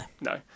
No